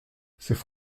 c’est